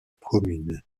commune